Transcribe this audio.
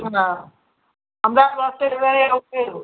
હા અમદાવાદ બસ સ્ટેશને આવું થયેલું